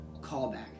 callback